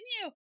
Continue